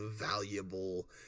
valuable